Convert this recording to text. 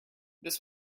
this